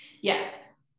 yes